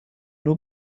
nur